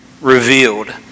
revealed